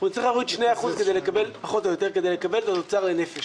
אנחנו נצטרך להוריד 2% פחות או יותר כדי לקבל את התוצר לנפש.